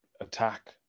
attack